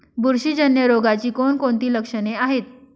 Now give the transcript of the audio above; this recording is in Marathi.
बुरशीजन्य रोगाची कोणकोणती लक्षणे आहेत?